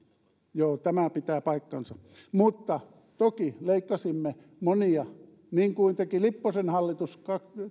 joo tämä pitää paikkansa mutta toki leikkasimme monia niin kuin teki lipposen hallitus